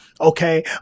okay